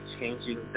changing